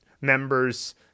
members